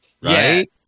Right